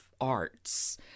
arts